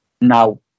now